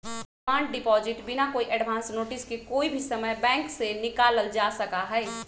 demand deposit बिना कोई advance notice के कोई भी समय बैंक से निकाल्ल जा सका हई